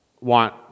want